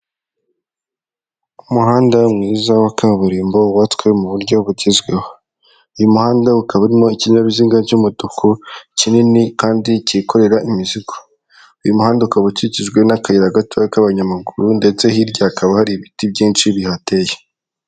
Umuhanda mwiza wa kaburimbo wubatswe mu buryo bugezweho uyu muhanda ukaba urimo ikinyabiziga cy'umutuku kinini kandi cyikorera imizigo uyu muhanda ukaba ukikijwe n'akayira gatoya k'abanyamaguru ndetse hirya hakaba hari ibiti byinshi bihateye.